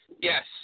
Yes